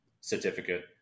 certificate